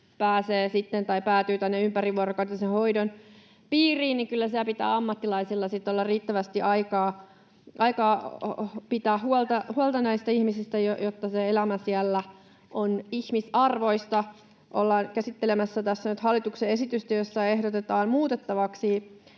päätyy, ympärivuorokautisen hoidon piiriin, niin kyllä siellä pitää ammattilaisilla olla riittävästi aikaa pitää huolta näistä ihmisistä, jotta se elämä siellä on ihmisarvoista. Olemme käsittelemässä tässä nyt hallituksen esitystä, jossa ehdotetaan muutettavaksi